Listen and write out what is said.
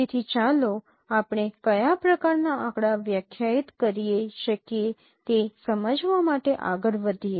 તેથી ચાલો આપણે કયા પ્રકારનાં આંકડા વ્યાખ્યાયિત કરી શકીએ તે સમજવા માટે આગળ વધીએ